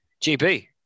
GP